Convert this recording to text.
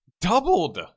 doubled